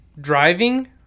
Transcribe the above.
driving